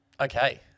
Okay